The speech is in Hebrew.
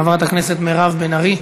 חברת הכנסת מירב בן ארי,